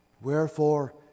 Wherefore